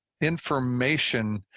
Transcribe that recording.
information